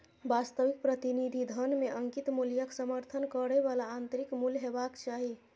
वास्तविक प्रतिनिधि धन मे अंकित मूल्यक समर्थन करै बला आंतरिक मूल्य हेबाक चाही